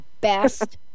best